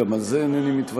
גם על זה אינני מתווכח.